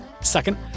Second